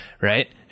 Right